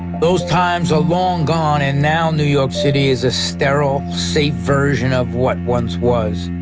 those times are long gone, and now new york city is a sterile, safe version of what once was.